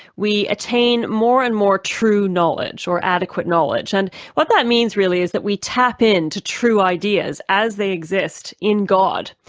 we attain more and more true knowledge or adequate knowledge. and what that means really is that we tap in to true ideas as they exist in god.